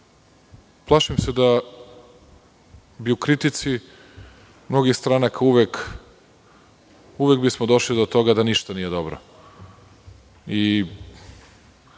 Plašim se da bi u kritici mnogih stranaka uvek bismo došli do toga da ništa nije dobro. Kada